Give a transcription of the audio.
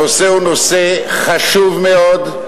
הנושא הוא נושא חשוב מאוד,